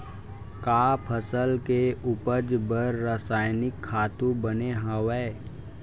का फसल के उपज बर रासायनिक खातु बने हवय?